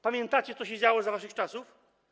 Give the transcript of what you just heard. Pamiętacie, co się działo za waszych czasów?